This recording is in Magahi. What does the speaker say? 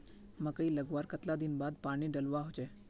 मकई लगवार कतला दिन बाद पानी डालुवा होचे?